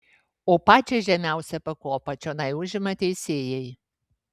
o pačią žemiausią pakopą čionai užima teisėjai